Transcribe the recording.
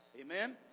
Amen